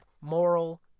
moral